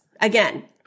Again